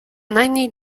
najmniej